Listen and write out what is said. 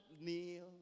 kneel